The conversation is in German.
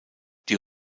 die